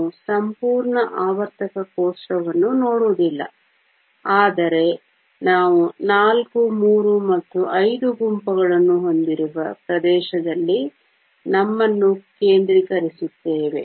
ನಾವು ಸಂಪೂರ್ಣ ಆವರ್ತಕ ಕೋಷ್ಟಕವನ್ನು ನೋಡುವುದಿಲ್ಲ ಆದರೆ ನಾವು ನಾಲ್ಕು ಮೂರು ಮತ್ತು ಐದು ಗುಂಪುಗಳನ್ನು ಹೊಂದಿರುವ ಪ್ರದೇಶದಲ್ಲಿ ನಮ್ಮನ್ನು ಕೇಂದ್ರೀಕರಿಸುತ್ತೇವೆ